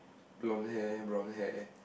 blonde hair brown hair